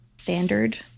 standard